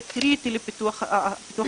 זה קריטי פיתוח התשתיות,